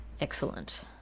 Excellent